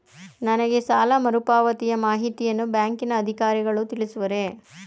ನನಗೆ ಸಾಲ ಮರುಪಾವತಿಯ ಮಾಹಿತಿಯನ್ನು ಬ್ಯಾಂಕಿನ ಅಧಿಕಾರಿಗಳು ತಿಳಿಸುವರೇ?